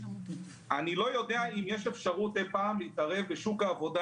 אני לא יודע אם יש אפשרות אי-פעם להתערב בשוק העבודה